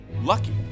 Lucky